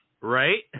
right